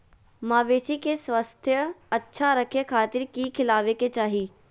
मवेसी के स्वास्थ्य अच्छा रखे खातिर की खिलावे के चाही?